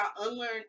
unlearn